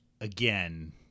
again